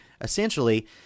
essentially